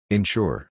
Ensure